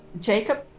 Jacob